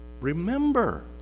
Remember